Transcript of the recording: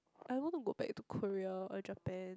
I want to go back to Korea or Japan